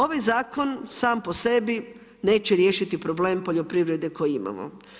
Ovaj zakon sam po sebi, neće riješiti problem poljoprivrede koje imamo.